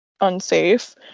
unsafe